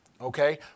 Okay